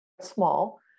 small